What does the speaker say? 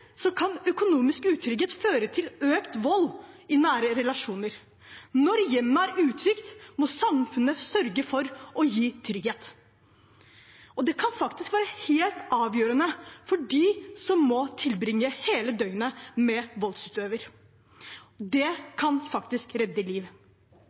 kan økonomisk utrygghet føre til økt vold i nære relasjoner. Når hjemmet er utrygt, må samfunnet sørge for å gi trygghet, og det kan faktisk være helt avgjørende for dem som må tilbringe hele døgnet med en voldsutøver.